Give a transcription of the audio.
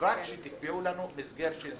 רק שתקבעו לנו מסגרת של זמן,